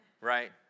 right